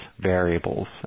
variables